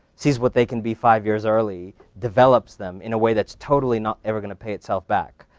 sees what they can be five years early, develops them in a way that's totally not ever gonna pay itself back,